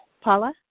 Paula